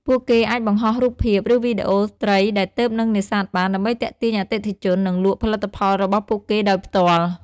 ពួកគេអាចបង្ហោះរូបភាព ឬវីដេអូត្រីដែលទើបនឹងនេសាទបាន ដើម្បីទាក់ទាញអតិថិជន និងលក់ផលិតផលរបស់ពួកគេដោយផ្ទាល់។